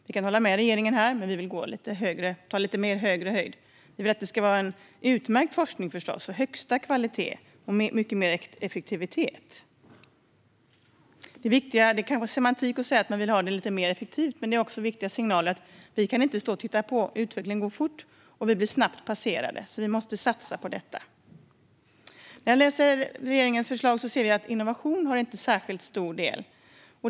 Vi håller med regeringen, men vi tar högre höjd och vill ha utmärkt forskning av högsta kvalitet och mer effektivitet. Det kan låta som semantik, men det handlar om att ge viktiga signaler. Vi kan inte stå och titta på eftersom utvecklingen går fort och vi snabbt blir passerade. Därför måste vi satsa på detta. I regeringens förslag får innovation inte särskilt stor plats.